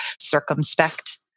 circumspect